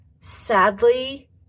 sadly